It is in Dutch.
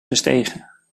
gestegen